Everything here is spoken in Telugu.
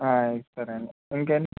ఇస్తారండి ఇంకేం